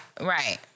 right